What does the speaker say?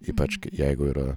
ypač kai jeigu yra